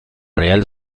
real